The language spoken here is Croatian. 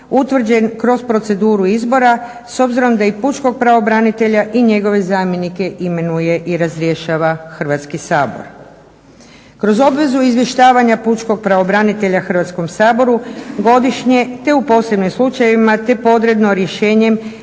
utvrđen kroz proceduru izbora. S obzirom da i pučkog pravobranitelja i njegove zamjenike imenuje i razrješava Hrvatski sabor. Kroz obavezu izvještavanja pučkog pravobranitelja Hrvatskom saboru godišnje, te u posebnim slučajevima te podredno rješenjem